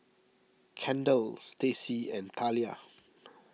Kendal Stacy and Thalia